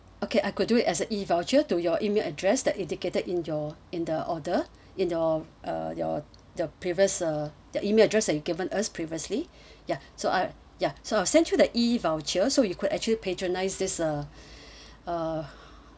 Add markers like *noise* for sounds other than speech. okay I could do it as a E voucher to your email address that indicated in your in the order *breath* in your uh your the previous uh the email address that you've given us previously *breath* ya so I ya so I'll send you the E voucher so you could actually patronise this uh *breath* uh